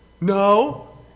No